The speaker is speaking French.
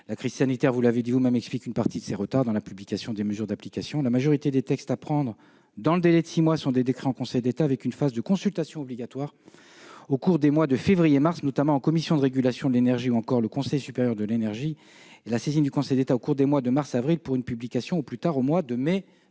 la crise sanitaire explique une partie de ces retards dans la publication des mesures d'application. La majorité des textes à prendre dans le délai de six mois sont des décrets en Conseil d'État, avec une phase de consultation obligatoire au cours des mois de février et mars, notamment en Commission de régulation de l'énergie ou encore le Conseil supérieur de l'énergie, et la saisine du Conseil d'État au cours des mois de mars et avril, pour une publication au plus tard au mois de mai 2020.